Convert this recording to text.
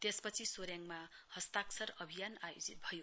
त्यसपछि सोर्याङमा हस्ताक्षर अभियान आयोजित भयो